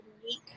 unique